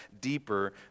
deeper